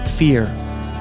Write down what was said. Fear